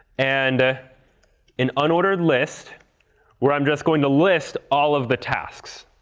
and an unordered list where i'm just going to list all of the tasks.